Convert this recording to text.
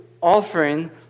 offering